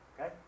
okay